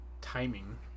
timing